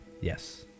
yes